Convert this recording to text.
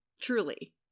truly